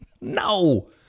No